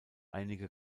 einige